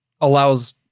allows